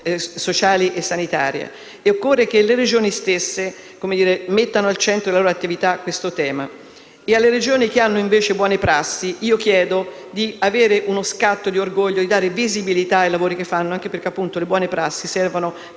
occorre che le Regioni stesse mettano al centro della loro attività questo tema. Alle Regioni che hanno buone prassi chiedo di avere uno scatto d'orgoglio e dare visibilità ai loro lavori, anche perché le buone prassi servono per poter